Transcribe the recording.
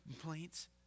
complaints